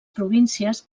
províncies